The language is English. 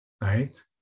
right